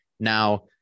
Now